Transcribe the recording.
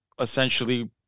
essentially